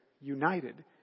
united